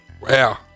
Wow